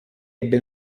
ebbe